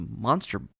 monster